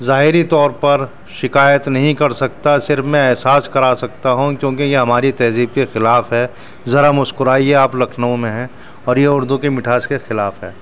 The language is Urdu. ظاہری طور پر شکایت نہیں کر سکتا صرف میں احساس کرا سکتا ہوں کیونکہ یہ ہماری تہذیب کے خلاف ہے ذرا مسکرائیے آپ لکھنؤ میں ہیں اور یہ اردو کے مٹھاس کے خلاف ہے